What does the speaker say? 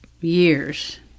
years